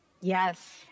yes